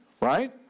right